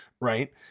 Right